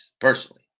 personally